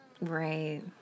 Right